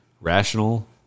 rational